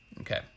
Okay